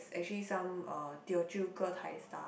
actually some uh Teochew getai star